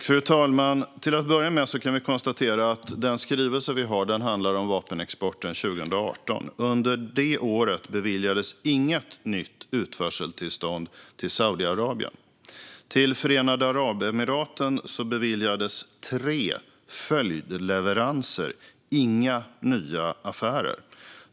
Fru talman! Till att börja med kan vi konstatera att den skrivelse vi har handlar om vapenexporten 2018. Under det året beviljades inget nytt utförseltillstånd till Saudiarabien. Till Förenade Arabemiraten beviljades tre följdleveranser, men inga nya affärer.